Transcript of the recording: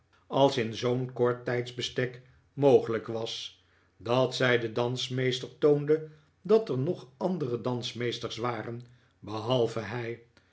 als in zoo'n kort tijdsbestek mogelijk was dat zij den dansmeester toonde dat er nog andere dansmeesters waren behalve hij